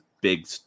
big